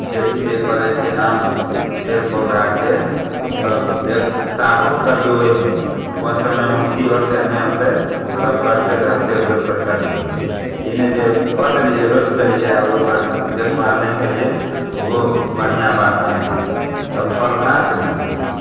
खेती जे करै छिए आम पेड़ पौधाके सब देख ताबुत करिऔ ओहिमे कोन समयमे कि होतै नहि होतै सब करिते धरिते ओहेपर चलिऔ ई नहि जे कऽ देलिए रोपि देलिए आओर ओहिपर देखभाल नहि केलिए ओहो बढ़िआँ बात नहि हइ तब फल कहाँ से मिलतै